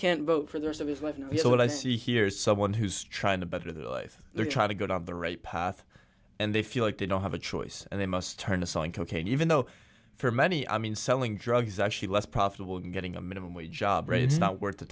can't vote for the rest of his life and people what i see here is someone who's trying to better their life they're trying to go down the right path and they feel like they don't have a choice and they must turn aside and cocaine even though for many i mean selling drugs actually less profitable getting a minimum wage job or it's not worth the